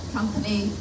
Company